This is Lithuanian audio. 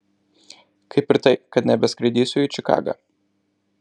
kaip ir tai kad nebeskraidysiu į čikagą